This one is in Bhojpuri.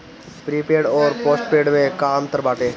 प्रीपेड अउर पोस्टपैड में का अंतर बाटे?